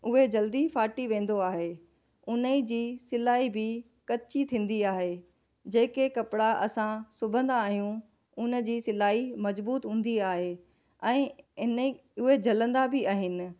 उहे जल्दी फाटी वेंदो आहे उन जी सिलाई बि कची थींदी आहे जेके कपिड़ा असां सिबंदा आहियूं उन जी सिलाई मज़बूत हूंदी आहे ऐं इन उहे झलंदा बि आहिनि